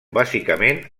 bàsicament